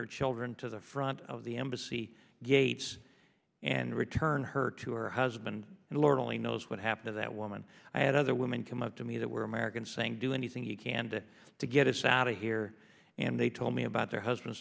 her children to the front of the embassy gates and return her to her husband and lord only knows what happened to that woman i had other women come up to me that were american saying do anything you can to to get us out of here and they told me about their husbands